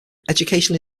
educational